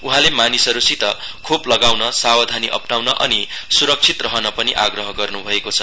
उहाँले मानिसहरूसित खोप लगाउन सावधानी अप्राउन अनि सुरक्षित रहन पनि आग्रह गर्नुभएको छ